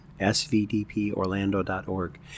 svdporlando.org